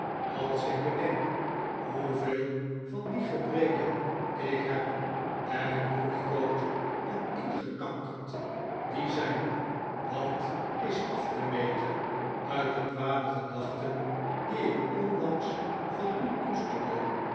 als ik bedenk hoeveel van die gebreken ik heb en hoe groot en ingekankerd die zijn wat is af te meten uit de kwade gedachten die ik onlangs van u koesterde